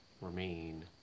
remain